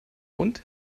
und